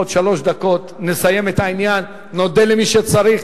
עוד שלוש דקות נסיים את העניין, נודה למי שצריך.